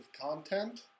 content